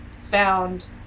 found